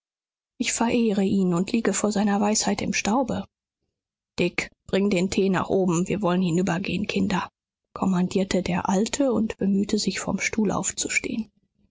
ich verehre ihn und liege vor seiner weisheit im staube dick bring den tee nach oben wir wollen hinübergehen kinder kommandierte der alte und bemühte sich vom stuhl aufzustehen